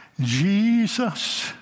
Jesus